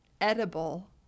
edible